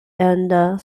and